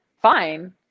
fine